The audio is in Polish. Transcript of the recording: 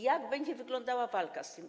Jak będzie wyglądała walka z tym?